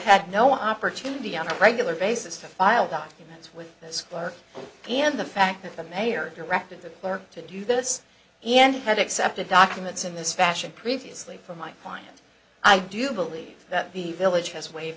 had no opportunity on a regular basis to file documents with this clerk and the fact that the mayor directed the clerk to do this and had accepted documents in this fashion previously for my client i do believe that the village has wave